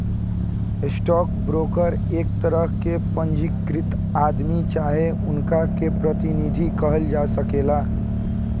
stock broker एक तरह के पंजीकृत आदमी चाहे उनका के प्रतिनिधि कहल जा सकेला